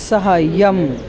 सहाय्यम्